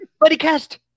BuddyCast